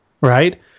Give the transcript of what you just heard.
right